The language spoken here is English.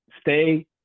stay